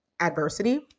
adversity